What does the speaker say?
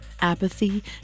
apathy